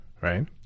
right